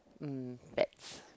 mm pets